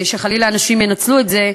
אנשים ינצלו את זה,